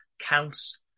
counts